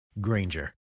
Granger